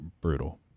brutal